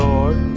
Lord